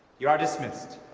you are dismissed.